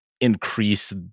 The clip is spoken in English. increase